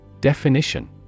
Definition